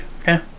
okay